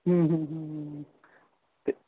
ਤੇ